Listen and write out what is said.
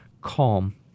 calm